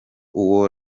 uwo